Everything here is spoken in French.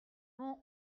mon